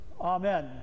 amen